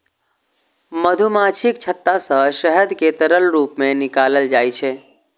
मधुमाछीक छत्ता सं शहद कें तरल रूप मे निकालल जाइ छै